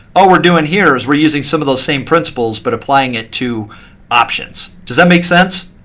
all we're doing here is we're using some of those same principles, but applying it to options. does that make sense?